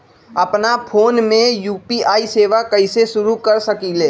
अपना फ़ोन मे यू.पी.आई सेवा कईसे शुरू कर सकीले?